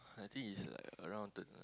I think it's like around thir~